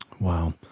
wow